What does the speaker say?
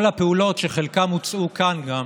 כל הפעולות, שחלקן הוצעו גם כאן,